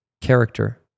character